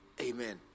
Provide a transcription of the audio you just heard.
Amen